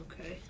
Okay